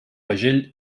pagell